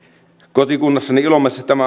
kotikunnassani ilomantsissa